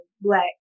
Black